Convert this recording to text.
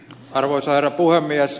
arvoisa herra puhemies